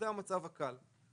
זה המצב הקל.